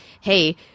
Hey